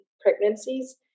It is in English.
pregnancies